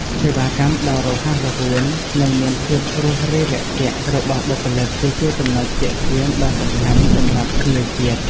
សេវាកម្មដ៏រហ័សរហួន និងមានភាពរួសរាយរាក់ទាក់របស់បុគ្គលិក គឺជាចំណុចទាក់ទាញដ៏សំខាន់សម្រាប់ភ្ញៀវជាតិ។